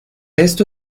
esto